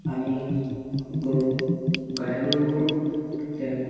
আমি গৰু গাই গৰুবোৰক তেওঁক